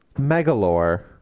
Megalore